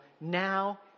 now